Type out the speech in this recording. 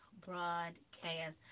broadcast